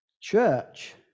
Church